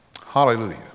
Hallelujah